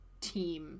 team